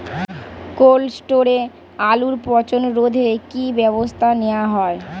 Cold স্টোরে আলুর পচন রোধে কি ব্যবস্থা নেওয়া হয়?